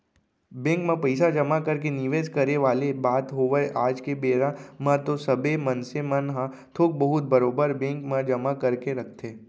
bank म पइसा जमा करके निवेस करे वाले बात होवय आज के बेरा म तो सबे मनसे मन ह थोक बहुत बरोबर बेंक म जमा करके रखथे